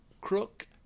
Crook